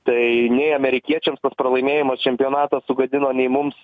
tai nei amerikiečiams tas pralaimėjimas čempionatą sugadino nei mums